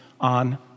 on